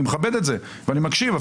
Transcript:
אני מכבד את זה ואני מקשיב.